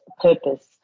purpose